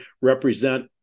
represent